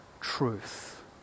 truth